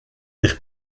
sich